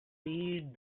feed